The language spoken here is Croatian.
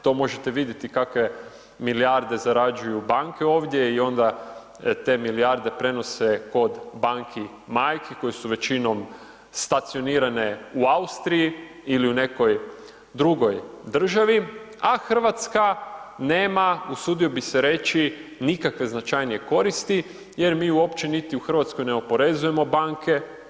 To možete vidjeti kakve milijarde zarađuju banke ovdje i onda te milijarde prenose kod banki majki, koji su većinom stacionirani u Austriji ili nekoj drugoj državi, a Hrvatska nema usudio bi se reći, nikakve značajnije koristi, jer mi uopće niti u Hrvatskoj ne oporezujemo banke.